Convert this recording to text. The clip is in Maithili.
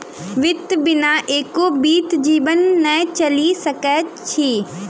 वित्त बिना एको बीत जीवन नै चलि सकैत अछि